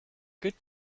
good